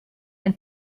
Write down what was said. ein